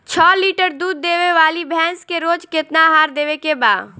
छह लीटर दूध देवे वाली भैंस के रोज केतना आहार देवे के बा?